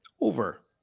Over